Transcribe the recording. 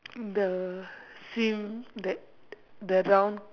the swim that the round